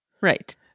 right